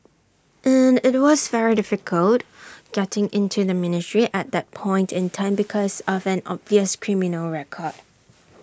and IT was very difficult getting into the ministry at that point in time because of an obvious criminal record